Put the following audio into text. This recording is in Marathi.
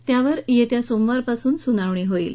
त्यावर येत्या सोमवारपासून सुनावणी होईल